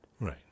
right